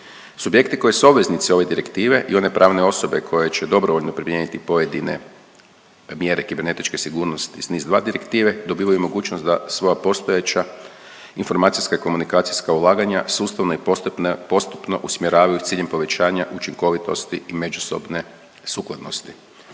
Subjekti koji su obveznici ove direktive i one pravne osobe koje će dobrovoljno primijeniti pojedine mjere kibernetičke sigurnosti iz NIS2 direktive dobivaju mogućnost da svoja postojeća informacijska i komunikacijska ulaganja sustavno i postupno usmjeravaju s ciljem povećanja učinkovitosti i međusobne sukladnosti.